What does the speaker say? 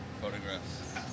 photographs